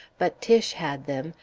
but tiche had them,